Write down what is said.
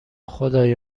خدای